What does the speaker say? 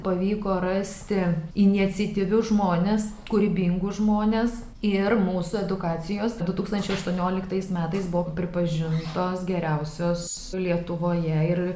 pavyko rasti iniciatyvius žmones kūrybingus žmones ir mūsų edukacijos du tūkstančiai aštuonioliktais metais buvo pripažintos geriausios lietuvoje ir